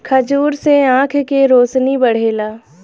खजूर से आँख के रौशनी बढ़ेला